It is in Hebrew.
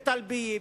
בטלביה,